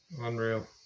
Unreal